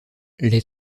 les